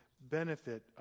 benefit